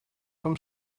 from